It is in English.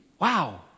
Wow